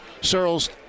Searles